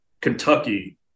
Kentucky